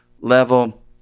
level